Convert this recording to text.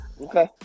Okay